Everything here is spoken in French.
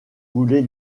voulez